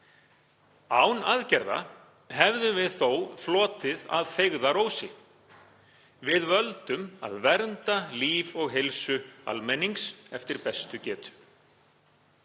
Án aðgerða hefðum við þó flotið að feigðarósi. Við völdum að vernda líf og heilsu almennings eftir bestu getu.